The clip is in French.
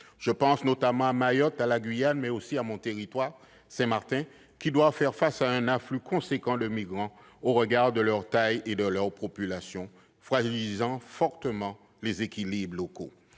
Je pense à Mayotte et à la Guyane, mais aussi à mon territoire, Saint-Martin, qui doivent faire face à un afflux important de migrants au regard de leur taille et de leur population, ce qui fragilise fortement les équilibres locaux.